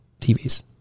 tvs